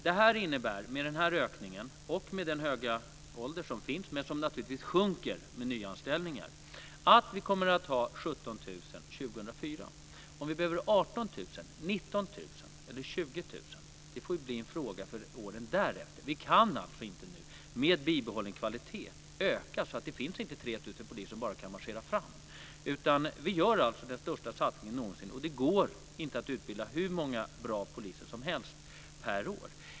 Det här innebär, med den här ökningen och den höga ålder som finns men som naturligtvis sjunker i och med nyanställningar, att vi kommer att ha 17 000 poliser år 2004. Om vi behöver 18 000, 19 000 eller 20 000 får bli en fråga för åren därefter. Vi kan alltså inte nu med bibehållen kvalitet öka det här. Det finns inte 3 000 poliser som bara kan marschera fram. Vi gör alltså den största satsningen någonsin, och det går inte att utbilda hur många bra poliser som helst varje år.